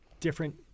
Different